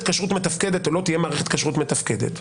כשרות מתפקדת או לא תהיה מערכת כשרות מתפקדת,